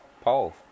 Paul